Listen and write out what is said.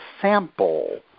sample